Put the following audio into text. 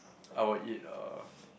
I will eat uh